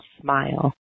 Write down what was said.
smile